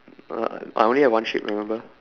uh I only have one sheep remember